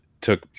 took